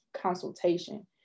consultation